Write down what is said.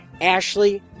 Ashley